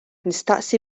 nistaqsi